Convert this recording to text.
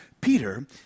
Peter